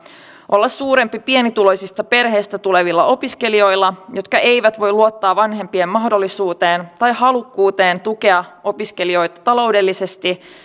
olla suurempi pienituloisista perheistä tulevilla opiskelijoilla jotka eivät voi luottaa vanhempien mahdollisuuteen tai halukkuuteen tukea opiskelijoita taloudellisesti